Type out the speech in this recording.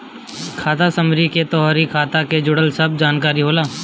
खाता समरी में तोहरी खाता के जुड़ल सब जानकारी होला